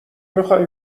میخوایی